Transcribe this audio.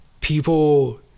people